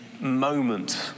moment